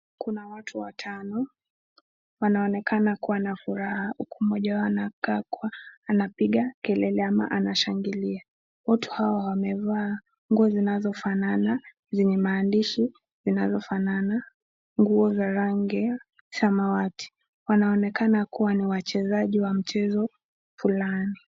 Kuna watu watano wanaoonekana kuwa na furaha huku mmoja wao anakaa kuwa anapiga kelele ama anashangilia. Watu hawa wamevaa nguo zinazofanana zenye maandishi zinazofanana, nguo za rangi samawati. Wanaonekana kuwa ni wachezaji wa mchezo fulani.